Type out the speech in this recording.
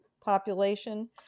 population